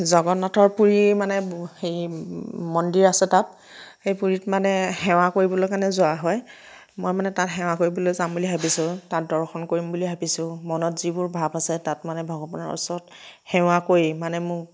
জগন্নাথৰ পুৰী মানে হেৰি মন্দিৰ আছে তাত সেই পুৰীত মানে সেৱা কৰিবলৈ কাৰণে যোৱা হয় মই মানে তাত সেৱা কৰিবলৈ যাম বুলি ভাবিছোঁ তাত দৰ্শন কৰিম বুলি ভাবিছোঁ মনত যিবোৰ ভাৱ আছে তাত মানে ভগৱানৰ ওচৰত সেৱা কৰি মানে মোৰ